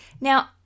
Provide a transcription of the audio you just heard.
Now